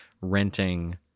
renting